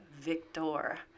victor